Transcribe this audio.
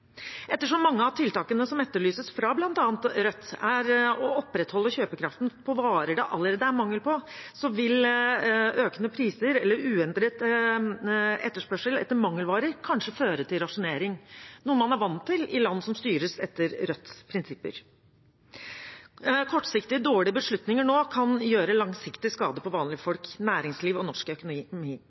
Ettersom mange av tiltakene som etterlyses av bl.a. Rødt, er å opprettholde kjøpekraften på varer det allerede er mangel på, vil økende priser eller uendret etterspørsel etter mangelvarer kanskje føre til rasjonering, noe man er vant til i land som styres etter Rødts prinsipper. Kortsiktige, dårlige beslutninger nå kan gjøre langsiktig skade for vanlige folk, næringsliv og norsk økonomi.